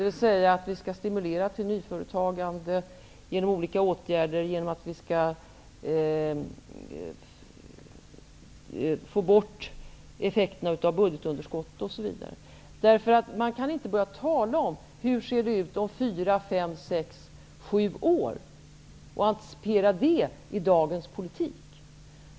Vi skall stimulera till nyföretagande genom olika åtgärder, bl.a. genom att få bort effekterna av budgetunderskottet. Man kan inte börja tala om hur det ser ut om fyra fem sex sju år och antecipera det i dagens politik.